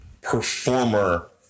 performer